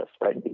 right